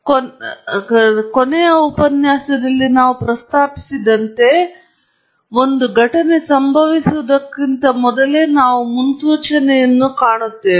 ನಾವು ಕೊನೆಯ ಉಪನ್ಯಾಸದಲ್ಲಿ ಪ್ರಸ್ತಾಪಿಸಿದಂತೆ ಮುನ್ಸೂಚನೆಯಂತೆ ನಾವು ಕರೆಯುತ್ತೇವೆ